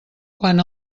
quan